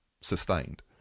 sustained